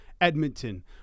Edmonton